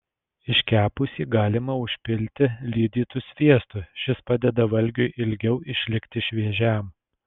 iškepusį galima užpilti lydytu sviestu šis padeda valgiui ilgiau išlikti šviežiam